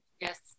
Yes